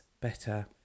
better